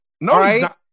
No